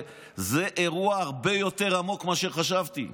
זה אירוע הרבה יותר עמוק ממה שחשבתי,